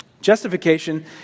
Justification